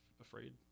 afraid